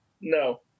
No